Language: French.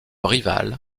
rival